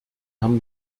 haben